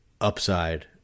Upside